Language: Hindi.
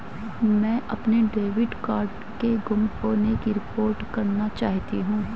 मैं अपने डेबिट कार्ड के गुम होने की रिपोर्ट करना चाहती हूँ